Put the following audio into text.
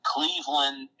Cleveland